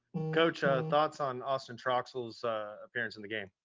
coach, ah thoughts on austin troxel appearance in the game?